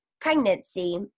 pregnancy